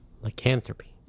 Lycanthropy